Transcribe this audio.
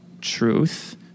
truth